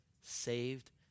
saved